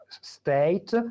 state